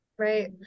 Right